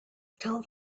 tell